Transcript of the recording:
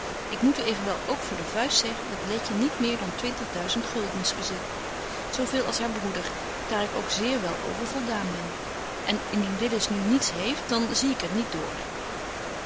ik moet u evenwel ook voor de vuist zeggen dat letje niet meer dan twintigduizend guldens bezit zo veel als haar broeder daar ik ook zeer wel over voldaan ben en indien willis nu niets heeft dan zie ik er niet door